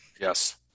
Yes